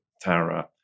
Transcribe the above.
Tara